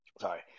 Sorry